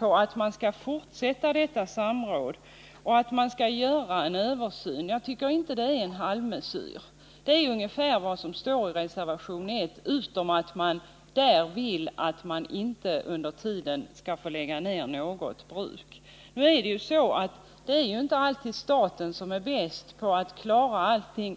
att man bör fortsätta detta samråd och att man bör göra en översyn. Jag tycker inte att detta kan kallas för en halvmesyr. Det är ju ungefär vad som står i reservation 1. förutom att man där vill ha inskrivet att inte något bruk skall få läggas ner förrän översynen gjorts. Men det är ju alltid staten som är bäst på att klara allting.